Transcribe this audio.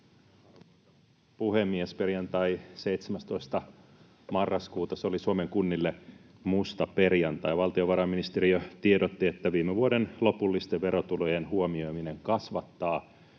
puhemies! Perjantai 17. marraskuuta oli Suomen kunnille musta perjantai. Valtiovarainministeriö tiedotti, että viime vuoden lopullisten verotulojen huomioiminen kasvattaa